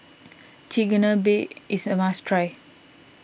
Chigenabe is a must try